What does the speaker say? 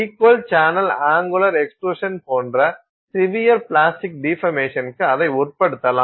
equal channel angular extrusion போன்ற severe plastic டிபர்மேஷன்க்கு அதை உட்படுத்தலாம்